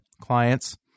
clients